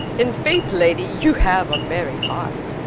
in faith, lady, you have a merry heart.